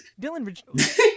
Dylan